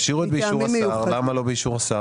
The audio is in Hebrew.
תשאירי את "באישור השר", למה לא באישור השר?